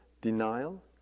denial